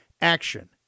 Action